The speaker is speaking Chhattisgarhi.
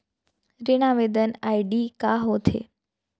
ऋण आवेदन आई.डी का होत हे?